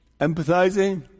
empathizing